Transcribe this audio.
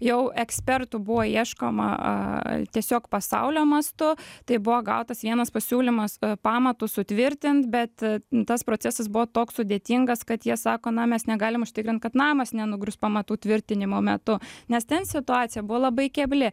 jau ekspertų buvo ieškoma tiesiog pasaulio mastu tai buvo gautas vienas pasiūlymas pamatus sutvirtint bet tas procesas buvo toks sudėtingas kad jie sako na mes negalim užtikrint kad namas nenugrius pamatų tvirtinimo metu nes ten situacija buvo labai kebli